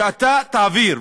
ואתה תעביר.